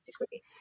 degree